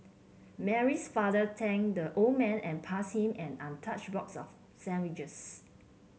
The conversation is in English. Mary's father thanked the old man and passed him an untouched box of sandwiches